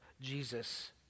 Jesus